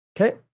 Okay